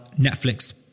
netflix